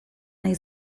nahi